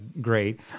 great